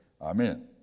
Amen